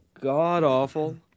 god-awful